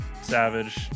savage